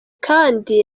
kandi